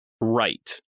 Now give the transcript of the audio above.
right